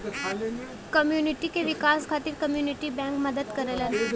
community क विकास खातिर कम्युनिटी बैंक मदद करलन